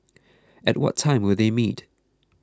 at what time will they meet